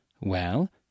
Well